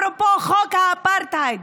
אפרופו חוק האפרטהייד: